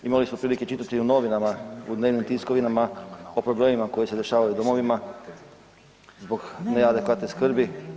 Imali smo prilike čitati u novinama u dnevnim tiskovinama o problemima koji se dešavaju u domovima zbog neadekvatne skrbi.